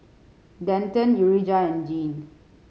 Denton Urijah and Jean